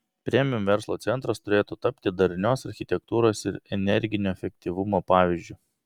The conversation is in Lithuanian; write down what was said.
premium verslo centras turėtų tapti darnios architektūros ir energinio efektyvumo pavyzdžiu